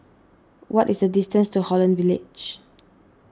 what is the distance to Holland Village